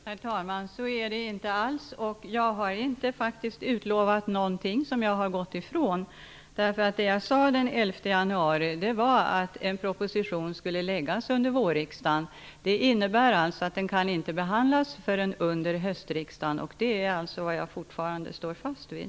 Herr talman! Så är det inte alls. Jag har faktiskt inte inte utlovat något som jag gått ifrån. Det jag den 11 januari sade var att en proposition skulle läggas fram under vårriksdagen. Det innebär att den inte kan behandlas förrän under höstriksdagen. Det är vad jag fortfarande står fast vid.